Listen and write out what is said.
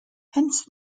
hence